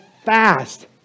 fast